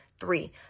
Three